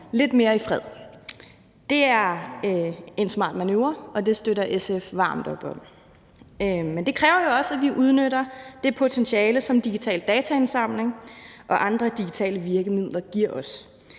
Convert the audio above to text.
lidt mere i fred. Det er en smart manøvre, og det støtter SF varmt op om. Men det kræver jo også, at vi udnytter det potentiale, som digital dataindsamling og andre digitale virkemidler giver os.